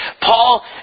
Paul